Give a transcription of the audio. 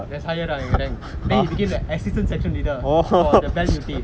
there's higher lah in rank then he became the assistant section leader for the bell duty